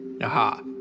Aha